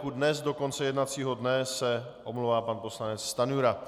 Dnes do konce jednacího dne se omlouvá pan poslanec Stanjura.